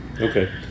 Okay